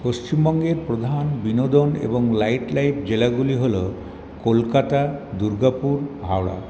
পশ্চিমবঙ্গের প্রধান বিনোদন এবং নাইট লাইফ জেলাগুলি হল কলকাতা দুর্গাপুর হাওড়া